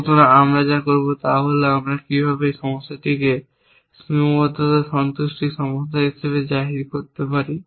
সুতরাং আমরা যা করব তা হল আমরা কীভাবে একটি সমস্যাকে সীমাবদ্ধতা সন্তুষ্টি সমস্যা হিসাবে জাহির করতে পারি